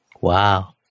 Wow